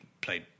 played